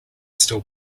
still